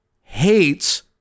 hates